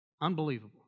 Unbelievable